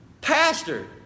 Pastor